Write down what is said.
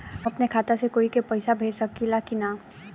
हम अपने खाता से कोई के पैसा भेज सकी ला की ना?